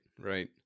right